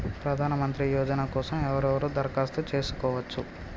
ప్రధానమంత్రి యోజన కోసం ఎవరెవరు దరఖాస్తు చేసుకోవచ్చు?